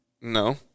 No